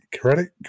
credit